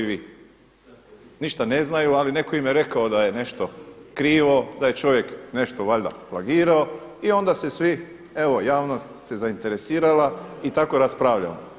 Ništa ne znaju, ali netko im je rekao da je nešto krivo, da je čovjek nešto valjda plagirao i onda se svi, evo javnost se zainteresirala i tako raspravljamo.